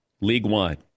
league-wide